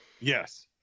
Yes